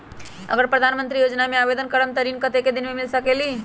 अगर प्रधानमंत्री योजना में आवेदन करम त ऋण कतेक दिन मे मिल सकेली?